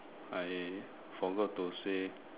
I forgot to say